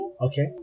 Okay